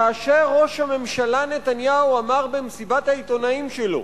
כאשר ראש הממשלה נתניהו אמר במסיבת העיתונאים שלו: